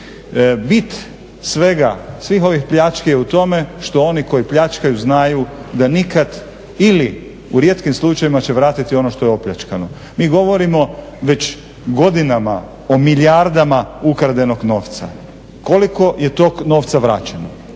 Bit svega, svih ovih pljački je u tome što oni koji pljačkaju znaju da nikad ili u rijetkim slučajevima će vratiti ono što je opljačkano. Mi govorimo već godinama o milijardama ukradenog novca. Koliko je tog novca vraćeno?